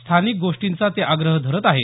स्थानिक गोष्टींचा ते आग्रह धरत आहेत